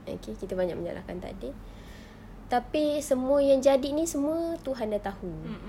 okay kita banyak menyalahkan takdir tapi semua yang jadi ini semua tuhan sudah tahu